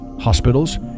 hospitals